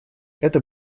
это